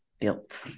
built